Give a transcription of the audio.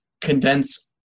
condense